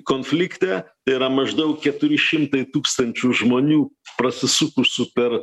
konflikte yra maždaug keturi šimtai tūkstančių žmonių prasisukusių per